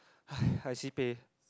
!haiya! I sibeh